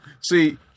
See